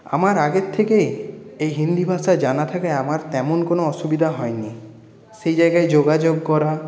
আমার আগের থেকে এই হিন্দি ভাষায় জানা থাকে আমার তেমন কোন অসুবিধা হয়নি সেই জায়গায় যোগাযোগ করা